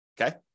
okay